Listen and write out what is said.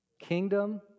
kingdom